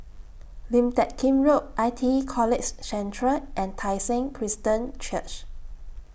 Lim Teck Kim Road I T E College Central and Tai Seng Christian Church